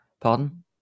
Pardon